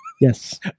yes